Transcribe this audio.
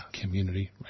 Community